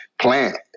Plant